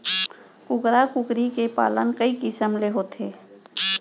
कुकरा कुकरी के पालन कई किसम ले होथे